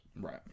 Right